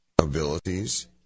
abilities